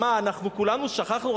מה, אנחנו כולנו שכחנו?